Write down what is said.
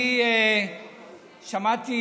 אדוני היושב-ראש, אני שמעתי